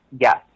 yes